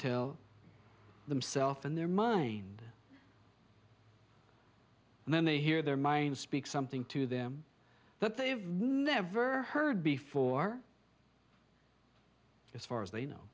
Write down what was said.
tell them self in their mind and then they hear their mind speak something to them that they've never heard before as far as they know